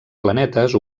planetes